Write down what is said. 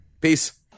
Peace